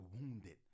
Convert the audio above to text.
wounded